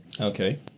Okay